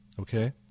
Okay